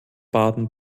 baden